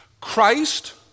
Christ